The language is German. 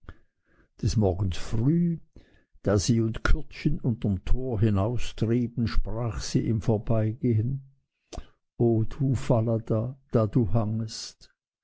des morgens früh da sie und kürdchen unterm tor hinaustrieben sprach sie im vorbeigehen o du falada da du hangest